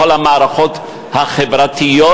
בכל המערכות החברתיות,